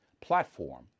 platform